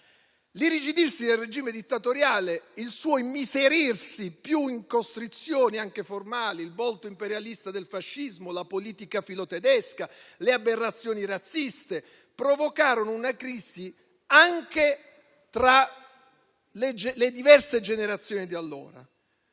L'irrigidirsi del regime dittatoriale, il suo immiserirsi più in costrizioni anche formali, il volto imperialista del fascismo, la politica filotedesca, le aberrazioni razziste provocarono una crisi anche tra le diverse generazioni di allora.